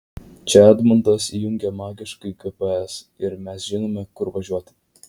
čia edmundas įjungia magiškąjį gps ir mes žinome kur važiuoti